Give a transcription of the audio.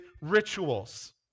rituals